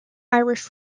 irish